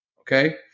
okay